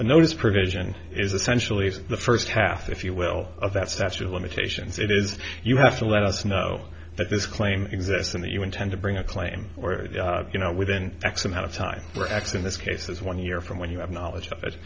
a notice provision is essentially the first half if you will of that statute of limitations it is you have to let us know that this claim exists in that you intend to bring a claim where you know within x amount of time for x in this case as one year from when you have knowledge of it